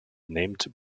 named